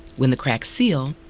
when the cracks seal,